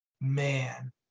Man